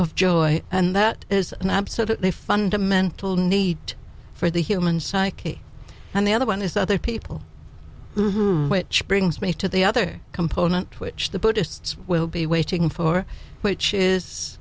of joy and that is an absolutely fundamental need for the human psyche and the other one is other people which brings me to the other component which the buddhists will be waiting for which is